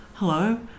Hello